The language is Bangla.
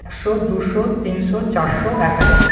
একশো দুশো তিনশো চারশো এক হাজার